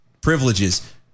privileges